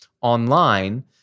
online